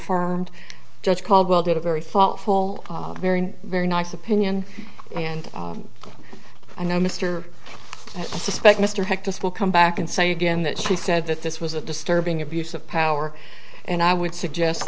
far judge caldwell did a very thoughtful very very nice opinion and i know mr suspect mr hecht just will come back and say again that she said that this was a disturbing abuse of power and i would suggest